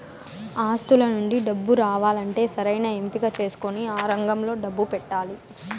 ఆస్తుల నుండి డబ్బు రావాలంటే సరైన ఎంపిక చేసుకొని ఆ రంగంలో డబ్బు పెట్టాలి